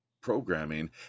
programming